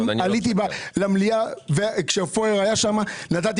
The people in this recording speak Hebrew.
עליתי למלואה כשפורר היה שם ונתתי